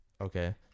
Okay